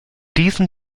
diesen